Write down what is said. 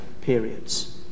periods